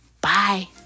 Bye